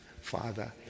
Father